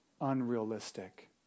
unrealistic